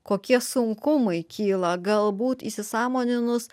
kokie sunkumai kyla galbūt įsisąmoninus